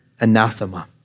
anathema